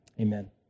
Amen